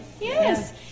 Yes